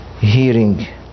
Hearing